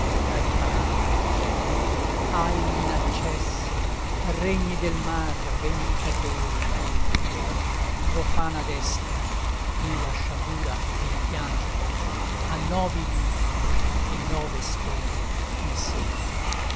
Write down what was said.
la riparata gente agl'inaccessi regni del mar vendicatore illude profana destra e la sciagura e il pianto a novi liti e nove stelle insegna